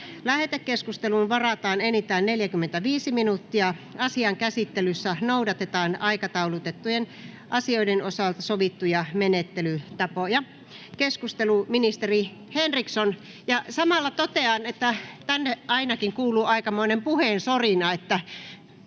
Lähetekeskusteluun varataan enintään 45 minuuttia. Asian käsittelyssä noudatetaan aikataulutettujen asioiden osalta sovittuja menettelytapoja. — Keskustelu, ministeri Henriksson. — Samalla totean, että ainakin tänne kuuluu aikamoinen puheensorina.